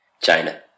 China